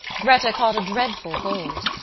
gretta caught a dreadful cold.